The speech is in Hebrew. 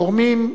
הגורמים,